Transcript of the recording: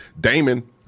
Damon